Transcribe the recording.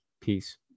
Peace